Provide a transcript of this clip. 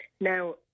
Now